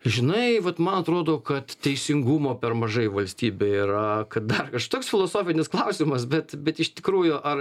žinai vat man atrodo kad teisingumo per mažai valstybėj yra kad dar kaž toks filosofinis klausimas bet bet iš tikrųjų ar